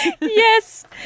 Yes